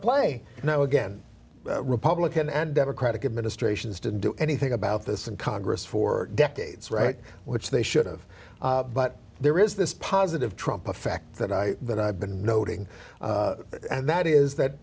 play now again republican and democratic administrations didn't do anything about this in congress for decades right which they should've but there is this positive trump effect that i that i've been noting and that is that